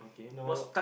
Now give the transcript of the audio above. no